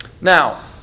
Now